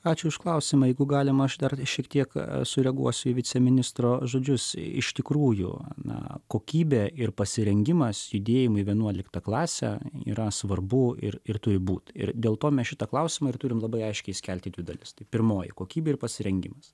ačiū už klausimą jeigu galima aš dar šiek tiek sureaguosiu į viceministro žodžius iš tikrųjų na kokybė ir pasirengimas judėjimui vienuoliktą klasę yra svarbu ir ir turi būti ir dėl to mes šitą klausimą ir turime labai aiškiai skelti dvi dalis pirmoji kokybė ir pasirengimas